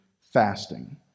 fasting